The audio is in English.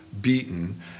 beaten